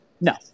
No